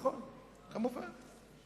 נכון, כמובן.